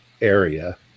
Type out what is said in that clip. area